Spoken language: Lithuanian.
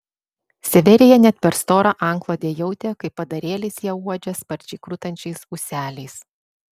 severija net per storą antklodę jautė kaip padarėlis ją uodžia sparčiai krutančiais ūseliais